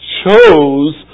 chose